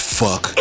fuck